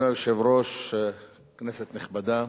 אדוני היושב-ראש, כנסת נכבדה,